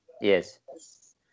yes